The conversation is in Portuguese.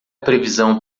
previsão